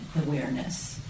Awareness